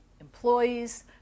employees